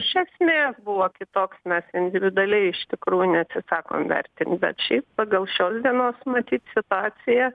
iš esmės buvo kitoks mes individualiai iš tikrųjų neatsisakom vertint bet šiaip pagal šios dienos matyt situaciją